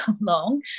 long